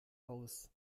aus